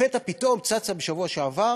לפתע פתאום צצה בשבוע שעבר